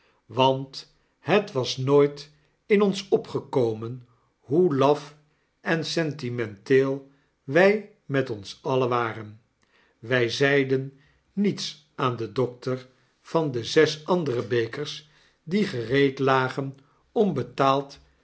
want het was nooit in ons opgekomen hoe laf en sentimenteel wy met ons alien waren wy zeiden niets aan den dokter van de zes andere bekers die gereed lagen